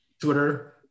Twitter